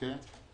אני טועה?